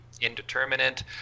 indeterminate